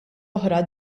oħra